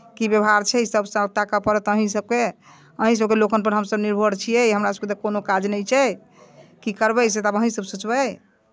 की व्यवहार छै सभ से ताकय पड़त अहीँसभके अहीँसभके लोकनिपर हमसभ निर्भर छियै हमरासभके तऽ कोनो काज नहि छै की करबै से तऽ आब अहीँसभ सोचबै